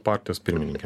partijos pirmininkė